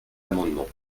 amendement